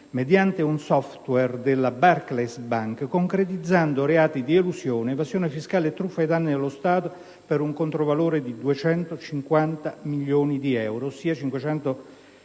mediante un *software* della Barclays Bank, concretizzando reati di elusione, evasione fiscale e truffa ai danni dello Stato per un controvalore di 250 milioni di euro, ossia 500 miliardi